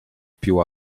più